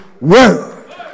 word